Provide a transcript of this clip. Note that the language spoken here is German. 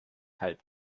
halb